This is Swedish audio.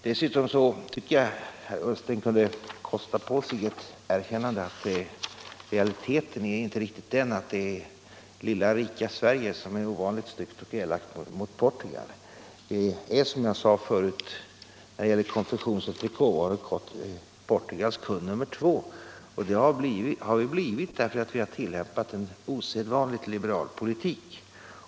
Dessutom tycker jag att herr Ullsten kunde kosta på sig ett erkännande att det realistiskt sett inte är riktigt att det lilla rika Sverige är ovanligt styggt mot Portugal. När det gäller konfektions och trikåindustrin är vi Portugals kund nr två. Det har vi blivit därför att vi har tillämpat en ovanligt liberal politik.